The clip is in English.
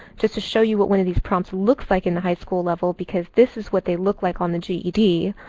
just to show you what one of these prompts looks like in the high school level, because this is what they look like on the ged.